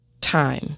Time